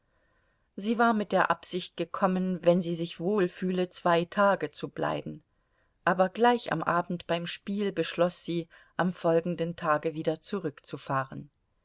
sie war mit der absicht gekommen wenn sie sich wohl fühle zwei tage zu bleiben aber gleich am abend beim spiel beschloß sie am folgenden tage wieder zurückzufahren